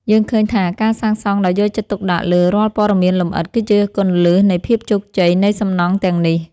យើងឃើញថាការសាងសង់ដោយយកចិត្តទុកដាក់លើរាល់ព័ត៌មានលម្អិតគឺជាគន្លឹះនៃភាពជោគជ័យនៃសំណង់ទាំងនេះ។